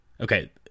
Okay